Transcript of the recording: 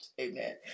Amen